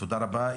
תודה רבה.